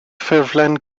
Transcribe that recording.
ffurflen